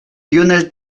lionel